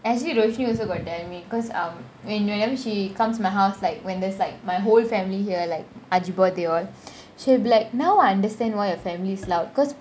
actually roshni also got tell me because um when whenever she comes my house like when there's like my whole family here like aji :aji birthday they all she'll be like now I understand why your family's loud because